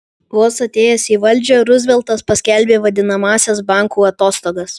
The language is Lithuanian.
vos atėjęs į valdžią ruzveltas paskelbė vadinamąsias bankų atostogas